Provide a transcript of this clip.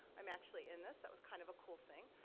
i'm actually in this, that was kind of a cool thing.